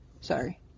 Sorry